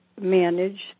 managed